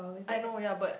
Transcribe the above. I know ya but